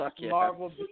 Marvel